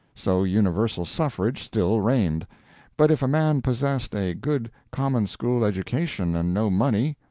so universal suffrage still reigned but if a man possessed a good common-school education and no money,